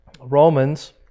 Romans